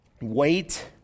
Wait